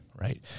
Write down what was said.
right